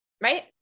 right